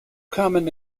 common